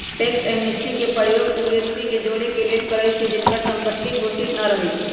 tax amnesty के प्रयोग उ व्यक्ति के जोरेके लेल करइछि जिनकर संपत्ति घोषित न रहै छइ